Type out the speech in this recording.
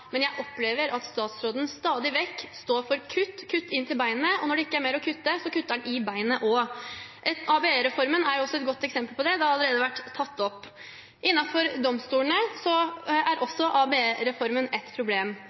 men jeg opplever at statsråden stadig vekk står for kutt inn til beinet, og når det ikke er mer å kutte, kutter han i beinet også. ABE-reformen er et godt eksempel på det, og det har allerede vært tatt opp. Innenfor domstolene er også ABE-reformen et problem.